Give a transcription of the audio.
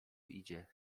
idzie